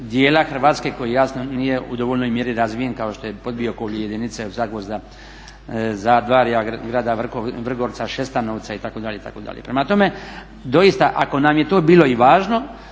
djela Hrvatske koji jasno nije u dovoljnoj mjeri razvijen kao što je … ili jedinice od Zagvozda … Grada Vrgorca, Šestanovca itd. itd. Prema tome, doista ako nam je to bilo i važno